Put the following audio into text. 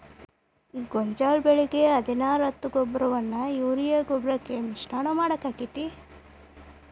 ಗೋಂಜಾಳ ಬೆಳಿಗೆ ಹದಿನಾರು ಹತ್ತು ಗೊಬ್ಬರವನ್ನು ಯೂರಿಯಾ ಗೊಬ್ಬರಕ್ಕೆ ಮಿಶ್ರಣ ಮಾಡಾಕ ಆಕ್ಕೆತಿ?